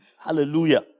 hallelujah